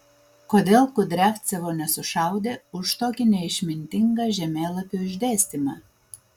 kodėl kudriavcevo nesušaudė už tokį neišmintingą žemėlapių išdėstymą